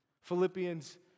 Philippians